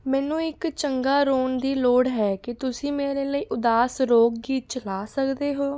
ਮੈਨੂੰ ਇੱਕ ਚੰਗਾ ਰੋਣ ਦੀ ਲੋੜ ਹੈ ਕੀ ਤੁਸੀਂ ਮੇਰੇ ਲਈ ਉਦਾਸ ਰੋਗ ਗੀਤ ਚਲਾ ਸਕਦੇ ਹੋ